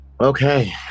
Okay